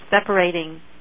separating